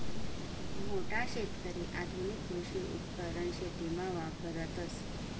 मोठा शेतकरी आधुनिक कृषी उपकरण शेतीमा वापरतस